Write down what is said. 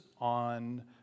on